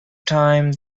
time